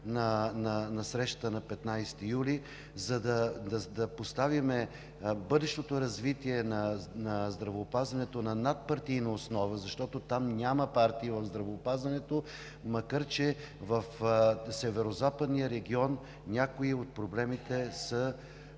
на срещата на 15 юли, за да поставим бъдещото развитие на здравеопазването на надпартийна основа, защото там няма партии в здравеопазването, макар че в Северозападния регион някои от проблемите са